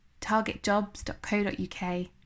targetjobs.co.uk